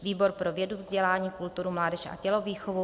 Výbor pro vědu, vzdělání, kulturu, mládež a tělovýchovu: